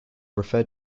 referred